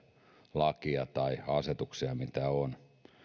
lakia tai asetuksia mitä on